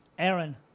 Aaron